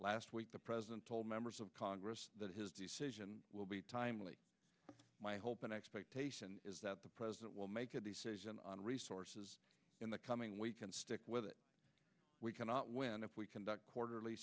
last week the president told members of congress that his decision will be timely my hope and expectation is that the president will make a decision on resources in the coming week and we cannot win if we conduct quarterly